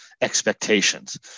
expectations